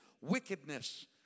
wickedness